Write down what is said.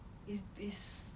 is it's